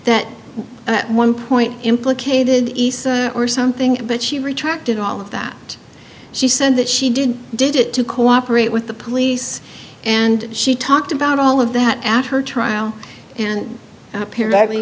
that at one point implicated or something but she retracted all of that she said that she did did it to cooperate with the police and she talked about all of that at her trial and appear